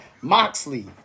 Moxley